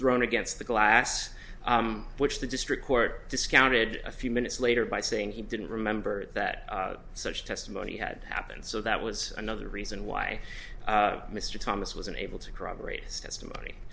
thrown against the glass which the district court discounted a few minutes later by saying he didn't remember that such testimony had happened so that was another reason why mr thomas was unable to corroborate his testimony